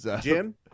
Jim